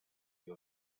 view